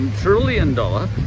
trillion-dollar